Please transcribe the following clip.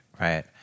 Right